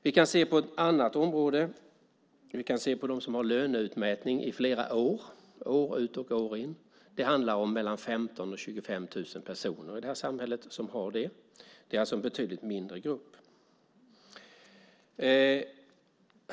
Vi kan se på dem som har löneutmätning i flera år, år ut och år in. Det handlar om 15 000-25 000 personer i det här samhället. Det är alltså en betydligt mindre grupp.